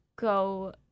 go